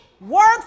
works